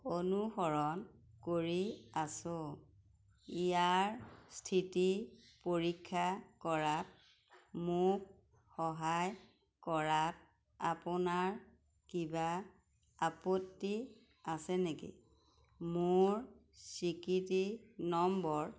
অনুসৰণ কৰি আছোঁ ইয়াৰ স্থিতি পৰীক্ষা কৰাত মোক সহায় কৰাত আপোনাৰ কিবা আপত্তি আছে নেকি মোৰ স্বীকৃতি নম্বৰ